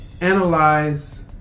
Analyze